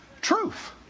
truth